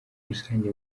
rusange